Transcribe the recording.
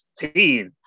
16